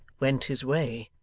went his way.